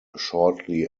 shortly